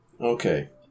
Okay